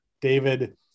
David